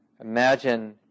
imagine